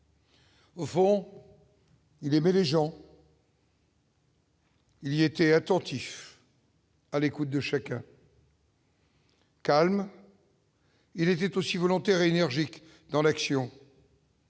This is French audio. Bon. Il aimait les gens. Il était attentif. à l'écoute de chacun. Calme. Il était aussi volontaire, énergique dans l'action.